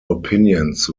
opinions